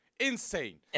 insane